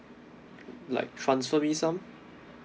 like transfer me some